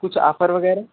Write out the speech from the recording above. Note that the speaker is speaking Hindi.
कुछ आफ़र वगैरह